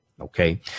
Okay